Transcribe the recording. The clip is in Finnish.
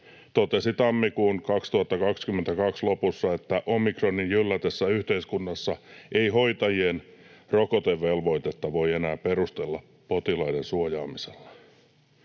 totesi tammikuun 2022 lopussa, että omikronin jyllätessä yhteiskunnassa ei hoitajien rokotevelvoitetta voi enää perustella potilaiden suojaamisella.